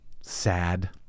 Sad